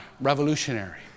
revolutionary